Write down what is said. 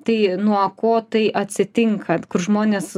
tai nuo ko tai atsitinka kur žmonės